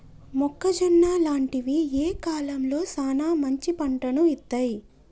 మొక్కజొన్న లాంటివి ఏ కాలంలో సానా మంచి పంటను ఇత్తయ్?